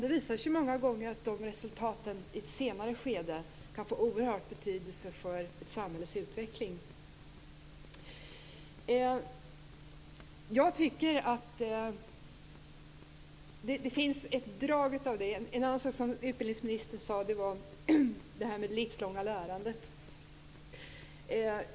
Det visar sig ju många gånger att resultaten i ett senare skede kan få en oerhörd betydelse för ett samhälles utveckling. Utbildningsministern talade om det livslånga lärandet.